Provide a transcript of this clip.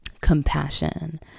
compassion